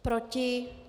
Proti?